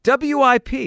WIP